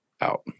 Out